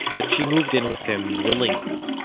that she moved in with him willingly.